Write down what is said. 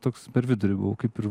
toks per vidurį buvau kaip ir